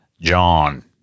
John